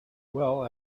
well